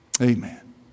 Amen